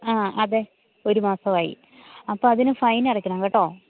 ആ അതെ ഒരു മാസമായി അപ്പം അതിന് ഫൈൻ അടയ്ക്കണം കേട്ടോ